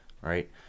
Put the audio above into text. right